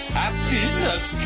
happiness